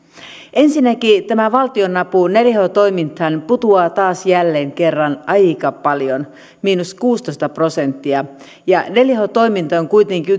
ensinnäkin tämä valtionapu neljä h toimintaan putoaa taas jälleen kerran aika paljon miinus kuusitoista prosenttia ja neljä h toiminta on kuitenkin